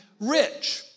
rich